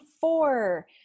four